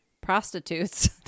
prostitutes